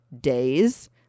days